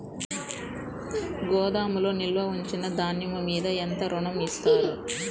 గోదాములో నిల్వ ఉంచిన ధాన్యము మీద ఎంత ఋణం ఇస్తారు?